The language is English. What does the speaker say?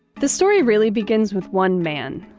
the story really begins with one man,